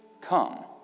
come